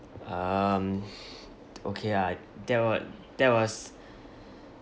um okay ah that wa~ that was